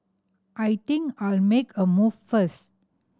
I think I'll make a move first